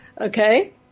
okay